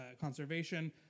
conservation